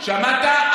שמעת?